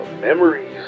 memories